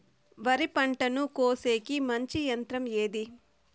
వరి పంటను కోసేకి మంచి యంత్రం ఏది?